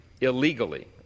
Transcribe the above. Illegally